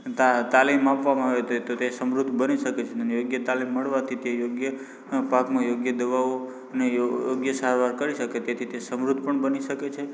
તા તાલીમ આપવામાં આવે તો તે સમૃદ્ધ બની શકે છે અને યોગ્ય તાલીમ મળવાથી તે યોગ્ય પાકમાં યોગ્ય દવાઓ અને યોગ્ય સારવાર કરી શકે તેથી તે સમૃદ્ધ પણ બની શકે છે